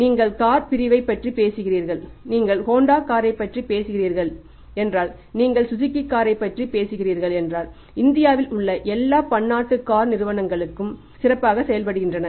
நீங்கள் கார் பிரிவைப் பற்றி பேசுகிறீர்கள் நீங்கள் ஹோண்டா காரைப் பற்றி பேசுகிறீர்கள் நீங்கள் சுசுகி காரைப் பற்றி பேசுகிறீர்கள் இந்தியாவில் உள்ள எல்லா பன்னாட்டு கார் நிறுவனங்களும் சிறப்பாகச் செயல்படுகின்றன